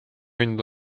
hoidnud